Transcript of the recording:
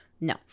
No